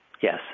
Yes